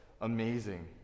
amazing